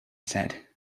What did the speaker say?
said